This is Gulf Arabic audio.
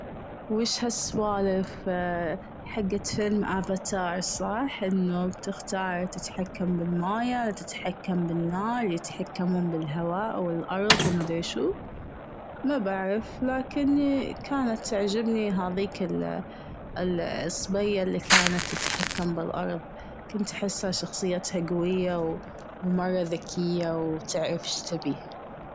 وش هالسوالف حقت فيلم آفتار صح؟ أنه بتختاري تتحكم بالموية تتحكم بالنار يتحكمون بالهواء و الأرض ومدري شو ؟ ما بعرف ، لكني كانت تعجبني هذيك الصبية اللي كانت تتحكم بالأرض. كنت احاسها شخصيتها قوية و مرة ذكية و تعرف ايش تبي.